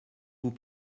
vous